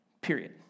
Period